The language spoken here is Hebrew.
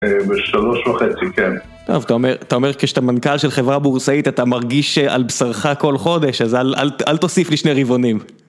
בשלוש וחצי, כן. טוב, אתה אומר כשאתה מנכ"ל של חברה בורסאית אתה מרגיש על בשרך כל חודש, אז אל תוסיף לי שני ריבעונים.